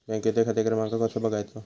बँकेचो खाते क्रमांक कसो बगायचो?